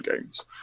games